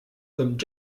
comme